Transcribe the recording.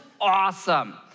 awesome